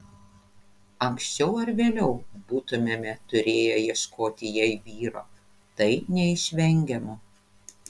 anksčiau ar vėliau būtumėme turėję ieškoti jai vyro tai neišvengiama